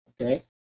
okay